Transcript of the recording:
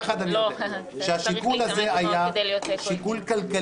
לא, אתה צריך להתאמץ מאוד כדי להיות תיקו איתי.